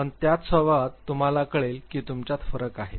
पण त्याच स्वभावात तुम्हाला कळेल की तुमच्यात फरक आहे